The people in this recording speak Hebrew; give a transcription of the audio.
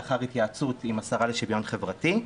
לאחר התייעצות עם השרה לשוויון חברתי,